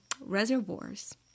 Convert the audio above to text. reservoirs